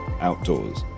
outdoors